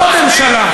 לא הממשלה.